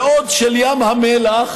ועוד של ים המלח,